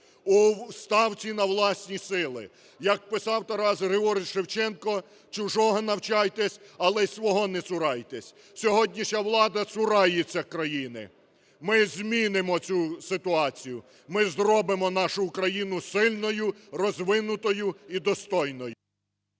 у ставці на власні сили. Як писав Тарас Григорович Шевченко: "Чужого навчайтесь, але й свого не цурайтесь". Сьогоднішня влада цурається країни. Ми змінимо цю ситуацію. Ми зробимо нашу Україну сильною, розвинутою і достойною.